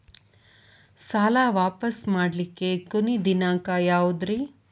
ಸಾಲಾ ವಾಪಸ್ ಮಾಡ್ಲಿಕ್ಕೆ ಕೊನಿ ದಿನಾಂಕ ಯಾವುದ್ರಿ?